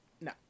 no